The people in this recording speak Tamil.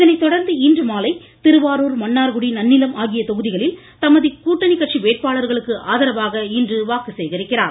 இதனை தொடர்ந்து இன்றுமாலை திருவாருர் மன்னார்குடி நன்னிலம் ஆகிய தொகுதிகளில் தமது கூட்டணி கட்சி வேட்பாளர்களுக்கு ஆதரவாக இன்று வாக்கு சேகரிக்கிறார்